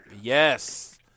Yes